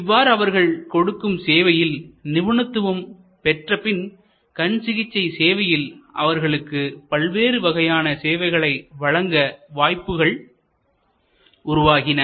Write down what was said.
இவ்வாறு அவர்கள் கொடுக்கும் சேவையில் நிபுணத்துவம் பெற்றபின் கண்சிகிச்சை சேவையில் அவர்களுக்கு பல்வேறு வகையான சேவைகளை வழங்க வாய்ப்புகள் உருவாகின